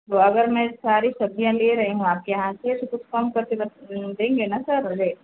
तो अगर मैं सारी सब्ज़ियाँ ले रही हूँ आपके यहाँ से तो कुछ कम करके बत देंगे ना सर मुझे